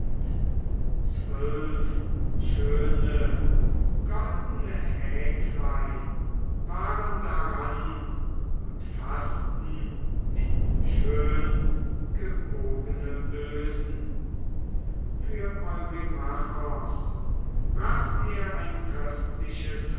zwölf schöne goldene häklein waren daran und faßten in schöngebogene ösen für eurymachos bracht er ein köstliches